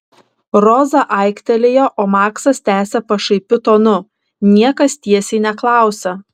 roza aiktelėjo o maksas tęsė pašaipiu tonu niekas tiesiai neklausia